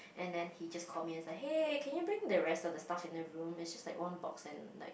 and then he just called me as a hey can you bring the rest of the stuff in the room is like one box and like